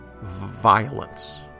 violence